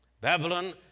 Babylon